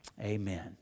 Amen